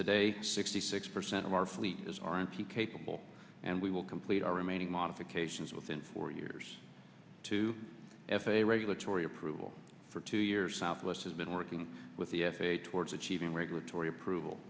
today sixty six percent of our fleet is r m p capable and we will complete our remaining modifications within four years to f a a regulatory approval for two years southwest has been working with the f a a towards achieving regulatory approval